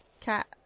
Cat